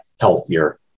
healthier